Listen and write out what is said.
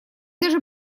даже